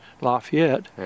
Lafayette